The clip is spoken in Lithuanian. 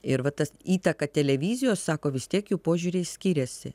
ir va tas įtaka televizijos sako vis tiek jų požiūriai skiriasi